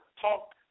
talk